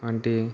వంటి